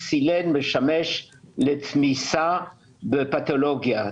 הקסילין משמש לתמיסה בפתולוגיה.